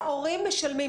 ההורים משלמים.